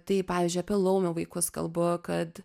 tai pavyzdžiui apie laumių vaikus kalbu kad